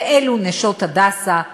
ואלו "נשות הדסה",